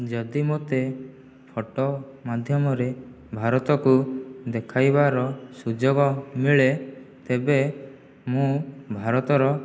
ଯଦି ମୋତେ ଫଟୋ ମାଧ୍ୟମରେ ଭାରତକୁ ଦେଖାଇବାର ସୁଯୋଗ ମିଳେ ତେବେ ମୁଁ ଭାରତର